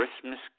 Christmas